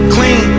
Clean